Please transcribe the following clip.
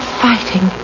fighting